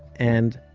and,